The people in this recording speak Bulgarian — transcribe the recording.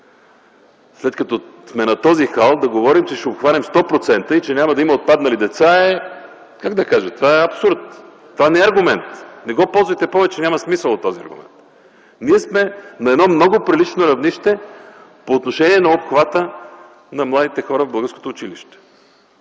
Когато сме на този хал, да говорим, че ще обхванем 100% и няма да има отпаднали деца, е абсурд. Това не е аргумент. Не го ползвайте повече, няма смисъл от този аргумент! Ние сме на много прилично равнище по отношение обхвата на младите хора в българското училище.